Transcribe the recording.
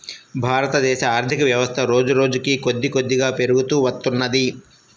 భారతదేశ ఆర్ధికవ్యవస్థ రోజురోజుకీ కొద్దికొద్దిగా పెరుగుతూ వత్తున్నది